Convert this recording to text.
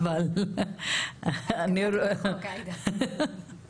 הבאתם בקשת צו אחר,